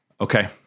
Okay